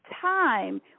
time